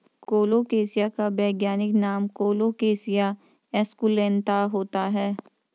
colocasia का वैज्ञानिक नाम कोलोकेशिया एस्कुलेंता होता है